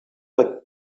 never